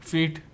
Feet